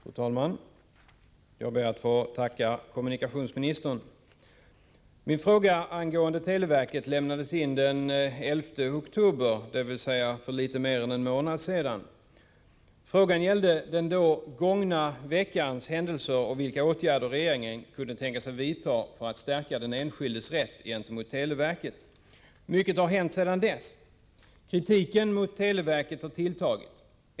Fru talman! Jag ber att få tacka kommunikationsministern. Min fråga angående televerket lämnades in den 11 oktober, dvs. för litet mer än en månad sedan. Frågan gällde den då gångna veckans händelser och vilka åtgärder regeringen kunde tänka sig att vidta för att stärka den enskildes rätt gentemot televerket. Mycket har hänt sedan dess. Kritiken mot televerket har tilltagit.